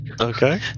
Okay